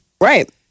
Right